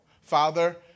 Father